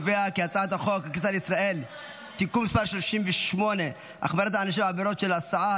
הצעת חוק הכניסה לישראל (תיקון מס' 38) (החמרת הענישה בעבירות של הסעה,